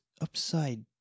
upside